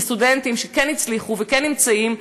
כסטודנטים שכן הצליחו וכן נמצאים,